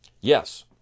Yes